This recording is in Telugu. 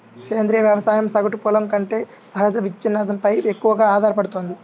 సేంద్రీయ వ్యవసాయం సగటు పొలం కంటే సహజ విచ్ఛిన్నంపై ఎక్కువగా ఆధారపడుతుంది